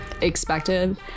expected